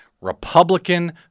Republican